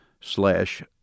slash